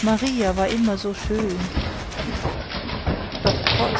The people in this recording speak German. maria war immer so schön doch trotz